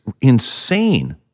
insane